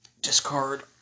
discard